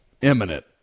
imminent